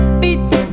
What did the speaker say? beats